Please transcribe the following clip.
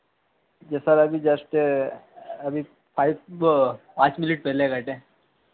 जी sir अभी just अभी five पाँच मिनट पहले कटे हैं